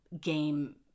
game